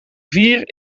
vier